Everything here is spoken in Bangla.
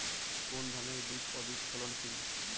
কোন ধানের বীজ অধিক ফলনশীল?